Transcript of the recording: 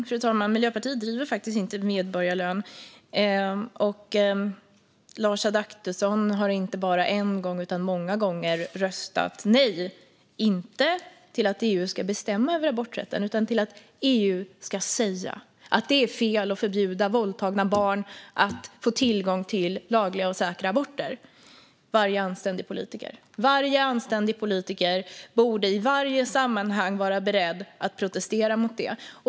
Fru talman! Miljöpartiet driver faktiskt inte frågan om medborgarlön. Och Lars Adaktusson har inte bara en gång utan många gånger röstat nej, inte till att EU ska bestämma över aborträtten utan till att EU ska säga att det är fel att förbjuda våldtagna barn att få tillgång till lagliga och säkra aborter. Varje anständig politiker borde i varje sammanhang vara beredd att protestera mot det.